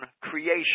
creation